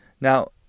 Now